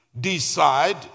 decide